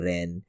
Ren